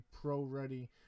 pro-ready